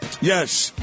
Yes